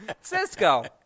Cisco